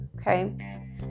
okay